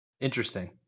interesting